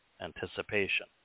anticipation